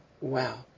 Wow